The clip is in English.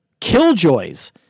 Killjoys